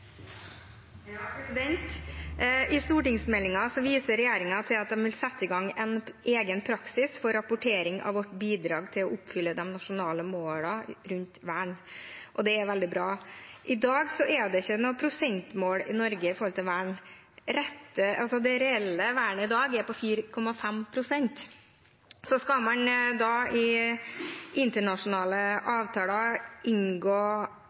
I stortingsmeldingen viser regjeringen til at den vil sette i gang en egen praksis for rapportering av vårt bidrag til å oppfylle de nasjonale målene rundt vern – og det er veldig bra. I dag er det ikke noe prosentmål i Norge for vern. Det reelle vernet i dag er på 4,5 pst. Så skal man inngå internasjonale